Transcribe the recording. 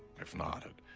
if not, ah